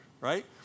right